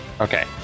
Okay